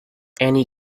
annie